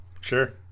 Sure